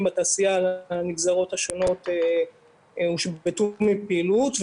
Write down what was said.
בתעשייה על הנגזרות השונות הושבתו מפעילות.